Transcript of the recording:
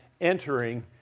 entering